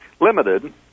limited